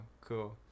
Cool